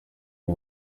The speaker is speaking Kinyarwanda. iyi